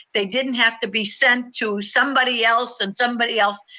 they didn't have to be sent to somebody else and somebody else,